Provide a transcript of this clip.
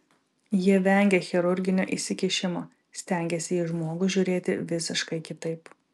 jie vengia chirurginio įsikišimo stengiasi į žmogų žiūrėti visiškai kitaip